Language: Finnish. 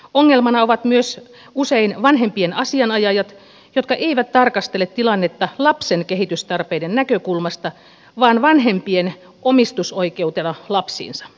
ongelmana ovat usein myös vanhempien asianajajat jotka eivät tarkastele tilannetta lapsen kehitystarpeiden näkökulmasta vaan vanhempien omistusoikeutena lapsiinsa